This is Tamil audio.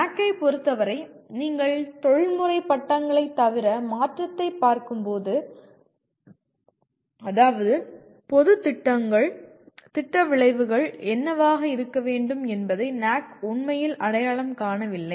NAAC ஐப் பொறுத்தவரை நீங்கள் தொழில்முறை பட்டங்களைத் தவிர மாற்றத்தை பார்க்கும்போதுஅதாவது பொது திட்டங்கள் திட்ட விளைவுகள் என்னவாக இருக்க வேண்டும் என்பதை NAAC உண்மையில் அடையாளம் காணவில்லை